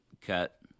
cut